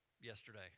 yesterday